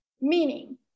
meaning